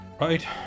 Right